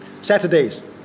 Saturdays